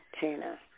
Tina